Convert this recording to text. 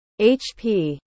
HP